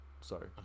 sorry